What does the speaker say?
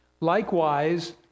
Likewise